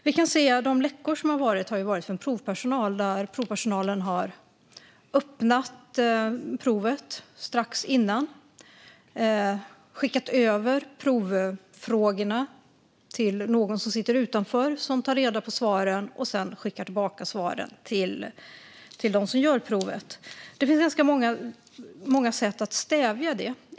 Vi kan se att de läckor som har förekommit har skett när provpersonal har öppnat provet strax innan det ska göras, skickat över provfrågorna till någon som sitter utanför som tar reda på svaren och sedan skickar svaren till dem som gör provet. Det finns ganska många sätt att stävja detta.